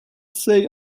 say